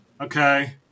Okay